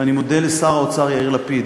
ואני מודה לשר האוצר יאיר לפיד,